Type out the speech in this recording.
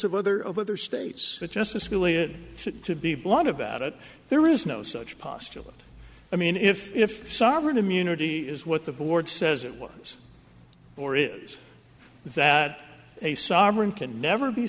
of other of other states that justice scalia said to be blunt about it there is no such postulate i mean if if sovereign immunity is what the board says it was or is that a sovereign can never be